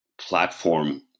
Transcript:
platform